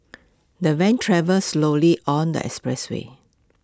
the van travelled slowly on the expressway